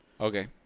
Okay